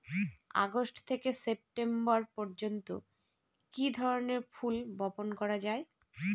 August থেকে September পর্যন্ত কি ধরনের ফুল বপন করা যায়?